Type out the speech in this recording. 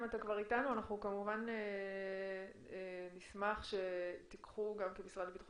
אנחנו כמובן נשמח שתיקחו גם כמשרד לביטחון